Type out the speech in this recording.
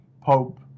Pope